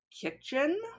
kitchen